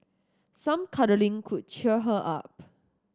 some cuddling could cheer her up